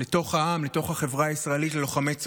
לתוך העם, לתוך החברה הישראלית, ללוחמי צה"ל,